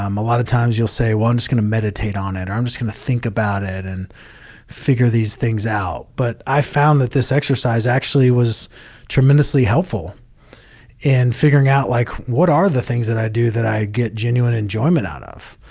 um a lot of times, you'll say, well, i'm just going to meditate on it. i'm just going to think about it and figure these things out. but i found that this exercise actually was tremendously helpful in figuring out like, what are the things that i do that i get genuine enjoyment out of?